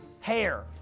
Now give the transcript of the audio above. hair